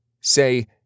Say